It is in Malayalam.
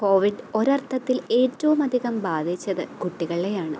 കോവിഡ് ഒരു അർത്ഥത്തിൽ ഏറ്റവും അധികം ബാധിച്ചത് കുട്ടികളെയാണ്